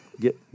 get